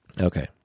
Okay